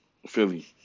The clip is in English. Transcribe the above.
Philly